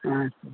अच्छा